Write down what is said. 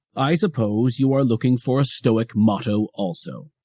i suppose, you are looking for a stoic motto also.